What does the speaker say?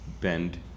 bend